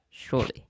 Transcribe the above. surely